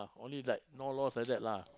only like no laws like that lah